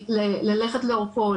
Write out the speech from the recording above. ללכת לאורכו,